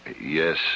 Yes